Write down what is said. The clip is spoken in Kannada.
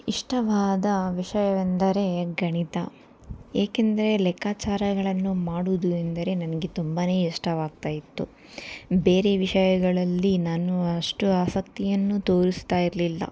ಇಷ್ಟವಾದ ವಿಷಯವೆಂದರೆ ಗಣಿತ ಏಕೆಂದರೆ ಲೆಕ್ಕಾಚಾರಗಳನ್ನು ಮಾಡೋದು ಎಂದರೆ ನನಗೆ ತುಂಬಾ ಇಷ್ಟವಾಗ್ತಾ ಇತ್ತು ಬೇರೆ ವಿಷಯಗಳಲ್ಲಿ ನಾನು ಅಷ್ಟು ಆಸಕ್ತಿಯನ್ನು ತೋರಿಸ್ತಾ ಇರಲಿಲ್ಲ